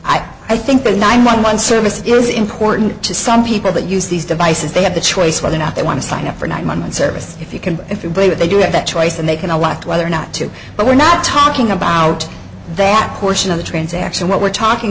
i i think the nine one one service is important to some people that use these devices they have the choice whether or not they want to sign up for not my service if you can if you believe that they do have that choice and they can elect whether or not to but we're not talking about that portion of the transaction what we're talking